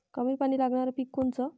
कमी पानी लागनारं पिक कोनचं?